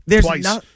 Twice